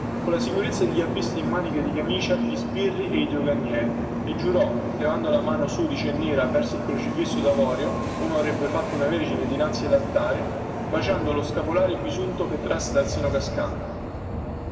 colla sicurezza di chi ha visto in maniche di camicia gli sbirri e i doganieri e giurò levando la mano sudicia e nera verso il crocifisso davorio come avrebbe fatto una vergine dinanzi allaltare baciando lo scapolare bisunto che trasse dal seno cascante